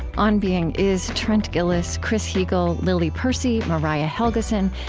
on being is trent gilliss, chris heagle, lily percy, mariah helgeson,